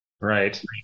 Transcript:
Right